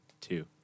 two